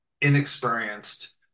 inexperienced